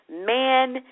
Man